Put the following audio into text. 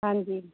ਹਾਂਜੀ